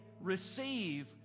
receive